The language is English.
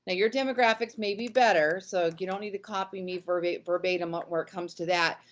ah your demographics may be better, so, you don't need to copy me verbatim verbatim ah when it comes to that,